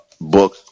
book